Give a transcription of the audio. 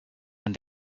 and